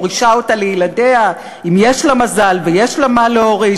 מורישה אותה לילדיה אם יש לה מזל ויש לה מה להוריש,